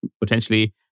potentially